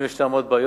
אם יש עוד בעיות,